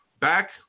back